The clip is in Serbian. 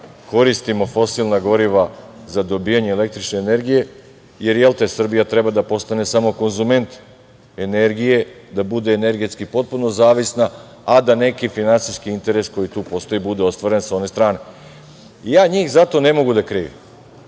koristimo fosilna goriva za dobijanje električne energije, jer jel te Srbija treba da postane samo konzument energije, da bude energetski potpuno zavisna, a da neki finansijski interes koji tu postoji bude ostvaren sa one strane. Ja njih zato ne mogu da krivim.